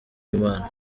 w’imana